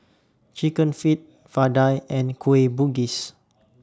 Chicken Feet Vadai and Kueh Bugis